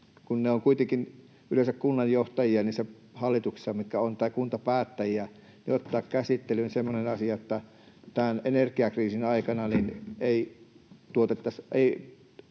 kun ne ovat kuitenkin yleensä kunnanjohtajia niissä hallituksissa, mitkä ovat, tai kuntapäättäjiä — semmoinen asia, että tämän energiakriisin aikana ei otettaisi